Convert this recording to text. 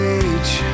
age